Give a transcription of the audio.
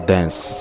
Dance